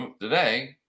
today